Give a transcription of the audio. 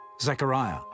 Zechariah